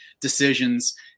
decisions